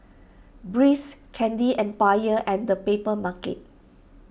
Breeze Candy Empire and the Papermarket